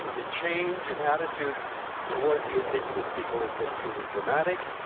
the change in attitude towards the indigenous people has been truly dramatic.